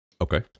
Okay